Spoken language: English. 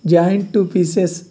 joint two pieces